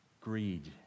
Greed